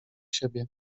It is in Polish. siebie